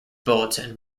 bulletin